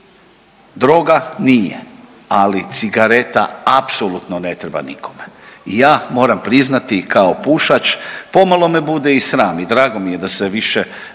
droga nije, ali cigareta apsolutno ne treba nikome. I ja moram priznati kao pušač pomalo me bude i sram i drago mi je da se više